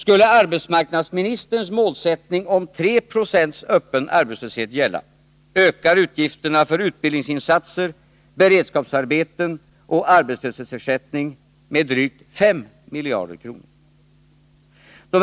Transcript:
Skulle arbetsmarknadsministerns målsättning om 3 Zo öppen arbetslöshet gälla, ökar utgifterna för utbildningsinsatser, beredskapsarbeten och arbetslöshetsersättning med drygt 5 miljarder kronor.